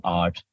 art